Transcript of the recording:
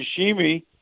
sashimi